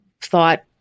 thought